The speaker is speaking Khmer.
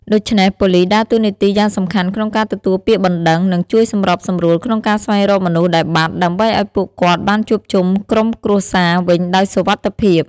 ដូច្នេះប៉ូលិសដើរតួនាទីយ៉ាងសំខាន់ក្នុងការទទួលពាក្យបណ្តឹង និងជួយសម្របសម្រួលក្នុងការស្វែងរកមនុស្សដែលបាត់ ដើម្បីឱ្យពួកគាត់បានជួបជុំក្រុមគ្រួសារវិញដោយសុវត្ថិភាព។